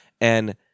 and-